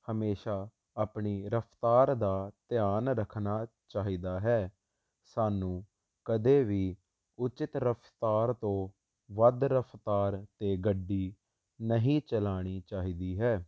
ਹਮੇਸ਼ਾ ਆਪਣੀ ਰਫਤਾਰ ਦਾ ਧਿਆਨ ਰੱਖਣਾ ਚਾਹੀਦਾ ਹੈ ਸਾਨੂੰ ਕਦੇ ਵੀ ਉਚਿਤ ਰਫਤਾਰ ਤੋਂ ਵੱਧ ਰਫਤਾਰ ਤੇ ਗੱਡੀ ਨਹੀਂ ਚਲਾਣੀ ਚਾਹੀਦੀ ਹੈ